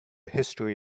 history